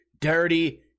dirty